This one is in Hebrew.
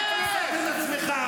חבר הכנסת מלביצקי,